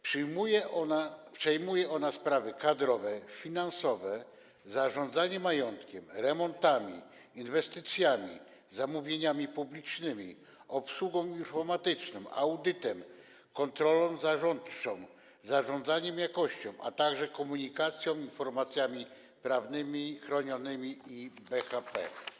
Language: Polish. Przejmuje ona sprawy kadrowe, finansowe, zarządzanie majątkiem, remontami, inwestycjami, zamówieniami publicznymi, obsługą informatyczną, audytem, kontrolą zarządczą, zarządzanie jakością, a także komunikacją, informacjami prawnie chronionymi i BHP.